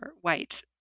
white